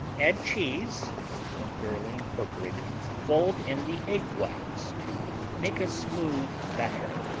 add cheese and when thoroughly incorporated fold in the egg whites to make a smooth batter.